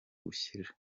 gushyira